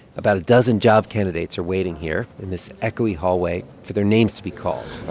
about a dozen job candidates are waiting here, in this echoey hallway, for their names to be called i'm